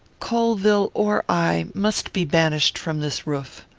colvill or i must be banished from this roof.